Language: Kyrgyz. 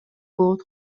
болот